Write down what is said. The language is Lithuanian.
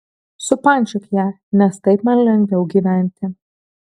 supančiok ją nes taip man lengviau gyventi